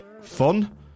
fun